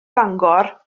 fangor